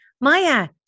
Maya